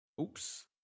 Oops